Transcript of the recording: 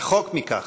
רחוק מכך.